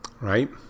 right